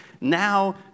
now